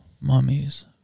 mummies